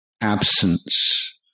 absence